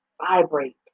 vibrate